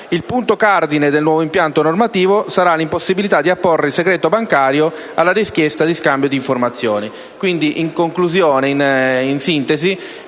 Il cardine del nuovo impianto normativo è l'impossibilità di apporre il segreto bancario alla richiesta di scambio di informazioni.